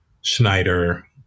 Schneider